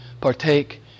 partake